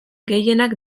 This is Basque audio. gehienak